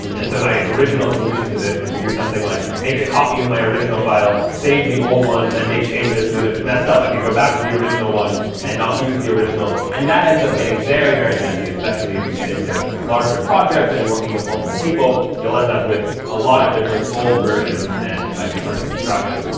and so my original solution to this was to do something like make a copy of my original file, save the old one and then make changes so that, if it messed up, i could go back to the original one and not lose the original. and that ends up getting very, very messy. especially if you get into larger projects, and working with multiple people, you'll end up with a lot of different old versions and it might be hard to keep track of.